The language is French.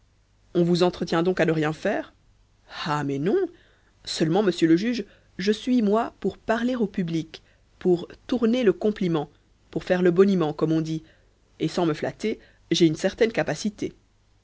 on vous entretient donc à ne rien faire ah mais non seulement monsieur le juge je suis moi pour parler au public pour tourner le compliment pour faire le boniment comme on dit et sans me flatter j'ai une certaine capacité